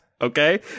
Okay